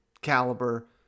caliber